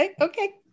Okay